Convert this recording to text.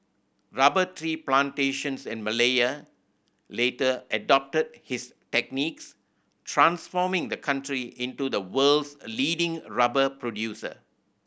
rubber tree plantations in Malaya later adopted his techniques transforming the country into the world's leading rubber producer